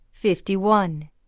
Fifty-one